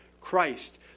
Christ